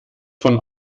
von